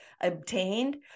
obtained